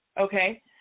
Okay